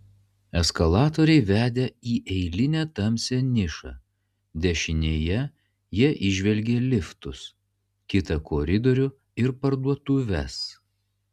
eskalatoriai vedė į eilinę tamsią nišą dešinėje jie įžvelgė liftus kitą koridorių ir parduotuves